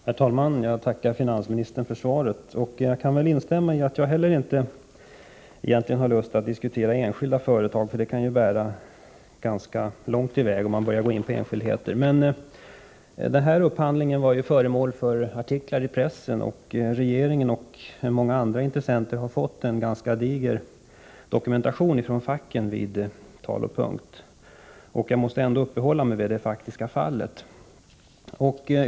Herr talman! Jag tackar finansministern för svaret. Jag har egentligen inte heller lust att diskutera enskilda företag. Det kan föra ganska långt om man börjar gå in på enskildheter. Den här upphandlingen var föremål för artiklar i pressen. Regeringen och många andra intressenter har fått en ganska diger dokumentation från facken vid Tal & Punkt, och jag måste ändå uppehålla mig vid det faktiska fallet.